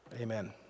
Amen